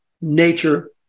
nature